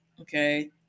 okay